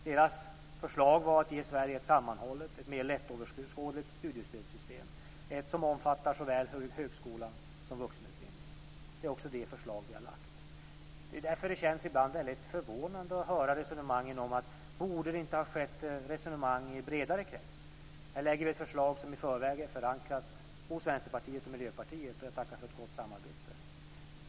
Deras förslag var att ge Sverige ett sammanhållet och mer lättöverskådligt studiestödssystem som omfattar såväl högskolan som vuxenutbildningen. Det är också det förslag som vi har lagt fram. Därför känns det ibland väldigt förvånande att höra frågan om det inte borde ha skett ett resonemang i en bredare krets. Här lägger vi ett förslag som i förväg är förankrat hos Vänsterpartiet och Miljöpartiet. Jag tackar för ett gott samarbete.